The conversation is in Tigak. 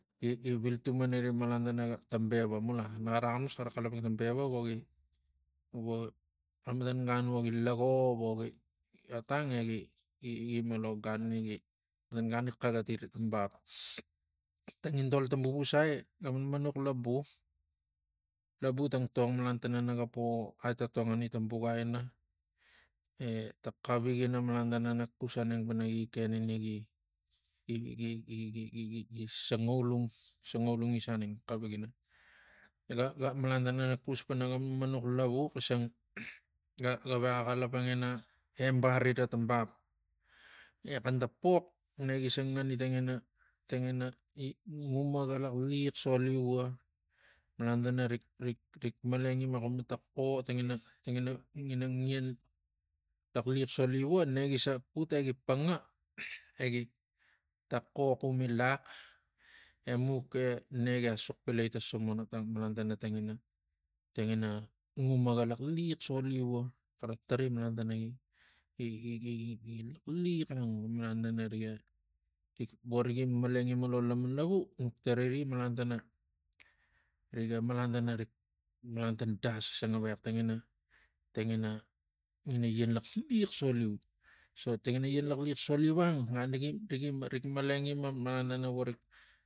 Gi- gi- gi viltumaniri malan tana ta bea mula naxara axamus xara xalapang ta beva vogi vogi xematan gan vogi lago vo gi- gi otang egi- gi- gi- gi ima lo gan ini gi tang gan gi xaxatiri tang bap tangintol ta vuvusai ga manmanux labu labu tangtong malan tana naga po atotongani ta buka ina eta xavik ina malan tana nak xus aneng pana gi ken ini gi- gi- gi sangaulung sangaulung isa neng xavik ina naga ga malan tana nak xus pana ga manmanux lavu xisang ga- ga gavexa xalapang ina embari tang bap. E xantang pox negi se ngani tangina tangina umaga laxliax sloiu vua malan tana rik- rik- rik maleng ima xumpana tangina xo tangina tangina ngian laxliax soliu vo negi se put egi panga egi taxo xum gi lax emuk ene gia suk pilai ta somuna tang malang tang malan tangina umaga laxliax soliu vo xara tarai malan tana gi- gi- gi laxliax ang malan tana riga rik vorik maleng ima lota laman lavu nuk tarai ri malan tana rik malan ta das xisang gavex tangina lan laxliax soliu so tangina ian laxliax soliu ang malan rig- riga rik maleng ima malan tana vo rik